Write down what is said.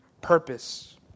purpose